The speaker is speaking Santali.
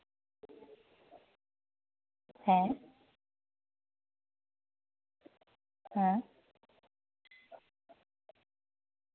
ᱦᱮᱸ ᱦᱮᱸ